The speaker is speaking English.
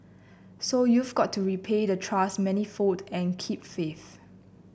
so you've got to repay the trust manifold and keep faith